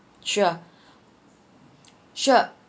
sure sure